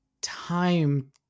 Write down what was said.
time